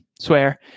swear